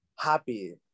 happy